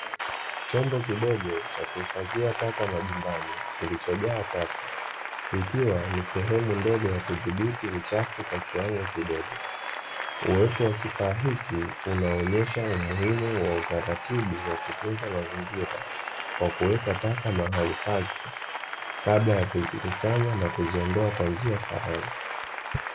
Chombo kidogo cha kuhifadhia taka majumbani, kilichojaa taka. Ikiwa ni sehemu ndogo ya kudhibiti uchafu kwa kiwango kidogo. Uwepo wa kifaa hiki unaonyesha umuhimu wa utaratibu wa kutunza mazingira, kwa kuweka taka mahali pake, kabla ya kuzikusanya na kuziondoa kwa njia salama.